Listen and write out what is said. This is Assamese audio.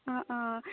অঁ অঁ